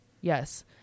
Yes